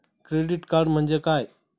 Credit card म्हणजे काय?